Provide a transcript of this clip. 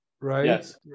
Right